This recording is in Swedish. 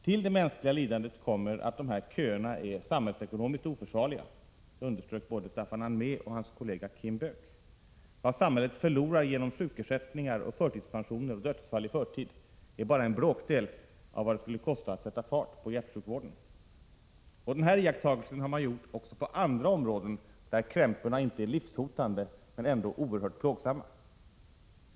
Till det mänskliga lidandet kommer att de här köerna är samhällsekonomiskt oförsvarliga, underströk både Staffan Ahnve och hans kollega Kim Böök. Att sätta fart på hjärtsjukvården skulle bara kosta en bråkdel av vad samhället förlorar genom sjukersättningar, förtidspensioner och dödsfall i förtid. Den här iakttagelsen har man gjort också på andra områden, där krämporna inte är livshotande men ändå oerhört plågsamma.